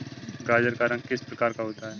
गाजर का रंग किस प्रकार का होता है?